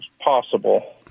possible